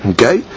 Okay